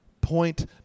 point